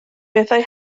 bethau